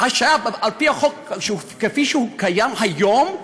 השעיה על-פי החוק כפי שהוא קיים היום?